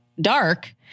dark